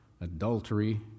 adultery